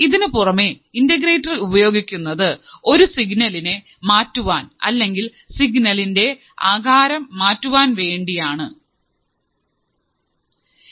ഇതിനു പുറമെ ഇന്റഗ്രേറ്റർ ഉപയോഗിക്കുന്നത് ഒരു സിഗ്നലിനെ മാറ്റുവാൻ അല്ലെങ്കിൽ സിഗ്നലിൻറെ ആകാരം മാറ്റുവാൻ വേണ്ടി ആണ്